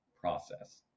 process